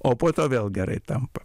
o po to vėl gerai tampa